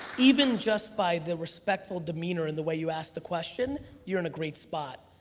even just by the respectful demeanor and the way you ask the question, you're in a great spot.